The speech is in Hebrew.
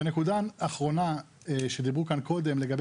ונקודה אחרונה שדיברו כאן קודם לגבי